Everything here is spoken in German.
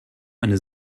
eine